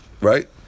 Right